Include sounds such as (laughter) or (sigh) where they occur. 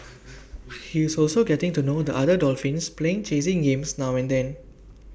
(noise) he is also getting to know the other dolphins playing chasing games now and then